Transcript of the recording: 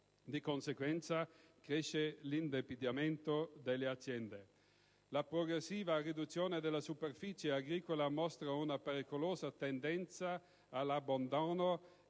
di conseguenza cresce l'indebitamento delle aziende. La progressiva riduzione della superficie agricola mostra una pericolosa tendenza all'abbandono